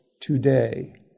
today